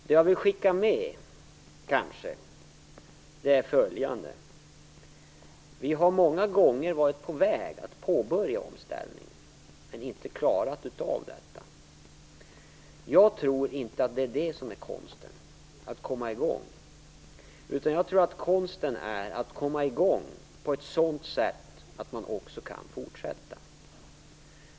Det jag kanske ändå vill skicka med, är följande: Vi har många gånger varit på väg att påbörja omställningen, men inte klarat av det. Jag tror inte att konsten är att komma i gång. Jag tror att konsten är att komma i gång på ett sådant sätt att man också kan fortsätta.